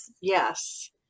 Yes